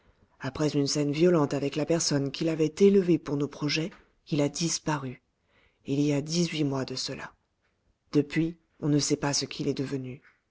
après une scène violente avec la personne qui l'avait élevé pour nos projets il a disparu il y a dix-huit mois de cela depuis on ne sait pas ce qu'il est devenu